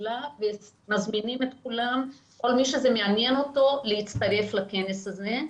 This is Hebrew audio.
הפעולה ומזמינים את כל מי שזה מעניין אותו להצטרף לכנס הזה.